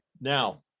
now